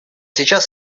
сейчас